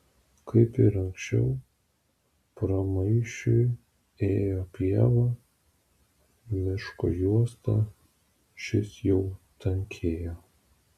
kaip ir anksčiau pramaišiui ėjo pieva miško juosta šis jau tankėjo